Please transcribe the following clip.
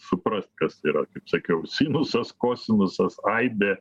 suprast kas yra kaip sakiau sinusas kosinusas aibė